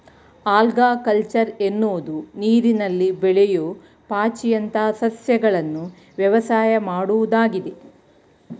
algaculture ಎನ್ನುವುದು ನೀರಿನಲ್ಲಿ ಬೆಳೆಯೂ ಪಾಚಿಯಂತ ಸಸ್ಯಗಳನ್ನು ವ್ಯವಸಾಯ ಮಾಡುವುದಾಗಿದೆ